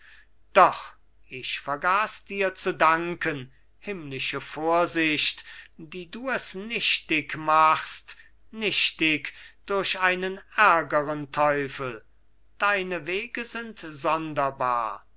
doch ich vergaß dir zu danken himmlische vorsicht die du es nichtig machst nichtig durch einen ärgeren teufel deine wege sind sonderbar